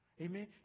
amen